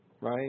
Right